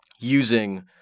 using